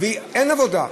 כשאין עבודה,